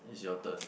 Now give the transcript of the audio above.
it's your turn